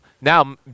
Now